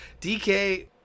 DK